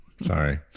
Sorry